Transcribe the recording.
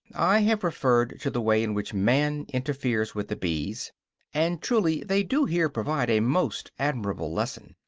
i have referred to the way in which man interferes with the bees and truly they do here provide a most admirable lesson.